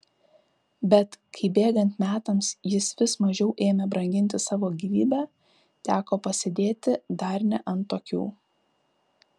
bet kai bėgant metams jis vis mažiau ėmė branginti savo gyvybę teko pasėdėti dar ne ant tokių